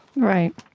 right.